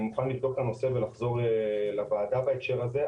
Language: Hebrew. אני מוכן לבדוק את הנושא ולחזור לוועדה בהקשר הזה.